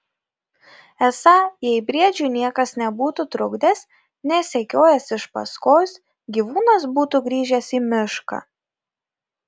esą jei briedžiui niekas nebūtų trukdęs nesekiojęs iš paskos gyvūnas būtų grįžęs į mišką